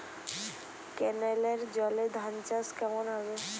কেনেলের জলে ধানচাষ কেমন হবে?